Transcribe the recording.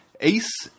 Ace